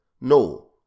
No